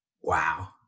Wow